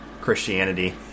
Christianity